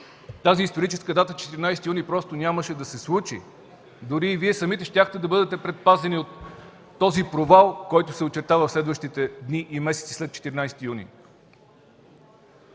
тази историческа дата 14 юни просто нямаше да се случи, дори и Вие самите щяхте да бъдете предпазени от този провал, който се очертава в следващите дни и месеци след 14 юни.